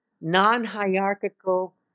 non-hierarchical